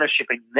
shipping